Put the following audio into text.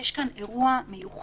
שיש כאן אירוע מיוחד,